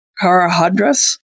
Karahadras